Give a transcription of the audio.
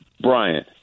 Brian